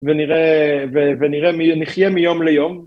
ונראה, נחיה מיום ליום.